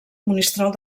monistrol